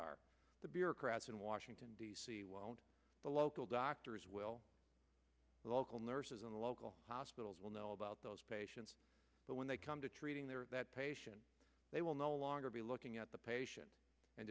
are the bureaucrats in washington d c well the local doctors will local nurses and local hospitals will know about those patients but when they come to treating their patient they will no longer be looking at the patient and